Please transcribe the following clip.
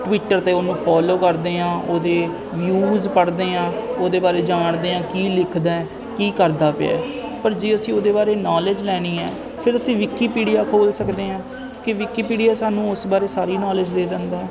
Twitter 'ਤੇ ਉਹਨੂੰ follow ਕਰਦੇ ਹਾਂ ਉਹਦੇ ਨਿਊਜ਼ ਪੜ੍ਹਦੇ ਹਾਂ ਉਹਦੇ ਬਾਰੇ ਜਾਣਦੇ ਹਾਂ ਕਿ ਲਿਖਦਾ ਕੀ ਕਰਦਾ ਪਿਆ ਪਰ ਜੇ ਅਸੀਂ ਉਹਦੇ ਬਾਰੇ ਨੋਲੇਜ ਲੈਣੀ ਹੈ ਫਿਰ ਅਸੀਂ ਵਿਕੀਪੀਡੀਆ ਖੋਲ੍ਹ ਸਕਦੇ ਹਾਂ ਕਿ ਵਿਕੀਪੀਡੀਆ ਸਾਨੂੰ ਉਸ ਬਾਰੇ ਸਾਰੀ ਨਾਲੇਜ ਦੇ ਦਿੰਦਾ